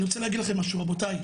אני רוצה להגיד לכם משהו רבותיי,